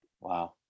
Wow